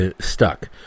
Stuck